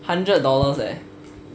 hundred dollars leh